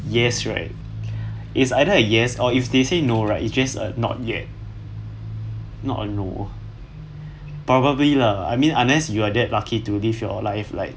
yes right is either a yes or if they say no right it just a not yet not a no probably lah I mean unless if you are that lucky to live your life like